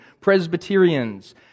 Presbyterians